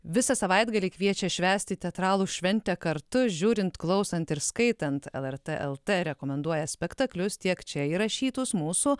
visą savaitgalį kviečia švęsti teatralų šventę kartu žiūrint klausant ir skaitant lrt lt rekomenduoja spektaklius tiek čia įrašytus mūsų